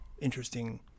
interesting